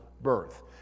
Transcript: birth